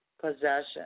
possession